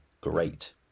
great